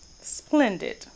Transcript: Splendid